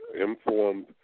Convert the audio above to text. informed